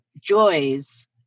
joys